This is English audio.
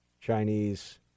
Chinese